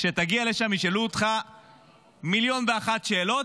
כשתגיע לשם ישאלו אותך מיליון ואחת שאלות,